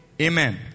amen